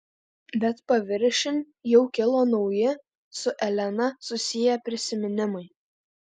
bet paviršiun jau kilo nauji su elena susiję prisiminimai